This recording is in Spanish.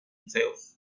museos